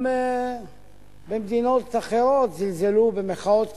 גם במדינות אחרות זלזלו במחאות קטנות,